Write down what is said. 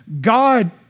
God